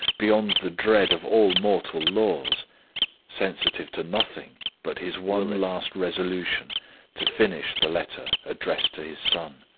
beyond the dread of all mortal laws sensitive to nothing but his one last resolution to finish the letter addressed to his son.